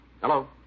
Hello